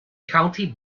county